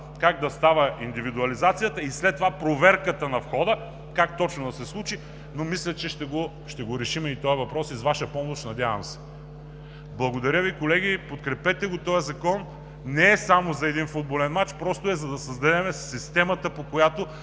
как да става индивидуализацията и след това проверката на входа как точно да се случи. Мисля, че ще решим този въпрос и с Ваша помощ, надявам се. Благодаря Ви, колеги. Подкрепете този закон. Не е само за един футболен мач, просто, за да създадем системата, по която